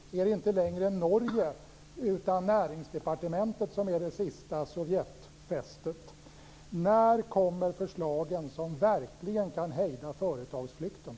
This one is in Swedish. Är det inte längre Norge, utan Näringsdepartementet som är det sista Sovjetfästet? När kommer förslagen som verkligen kan hejda företagsflykten?